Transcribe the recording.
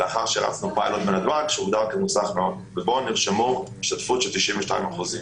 לאחר שהרצנו פיילוט בנתב"ג שהוגדר כמוצלח מאוד ובו נרשמו השתתפות של92%.